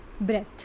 breath